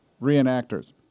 reenactors